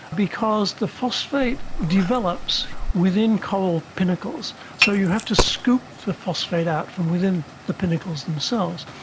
because the phosphate develops within coral pinnacles, so you have to scoop the phosphate out from within the pinnacles themselves.